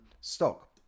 stock